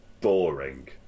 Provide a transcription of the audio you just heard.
boring